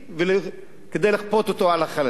כדי לכפות אותו על החלשים.